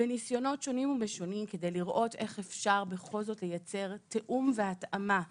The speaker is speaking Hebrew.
בניסיונות שונים ומשונים כדי לראות איך אפשר בכל זאת לייצר תאום והתאמה,